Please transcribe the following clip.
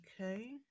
okay